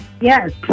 yes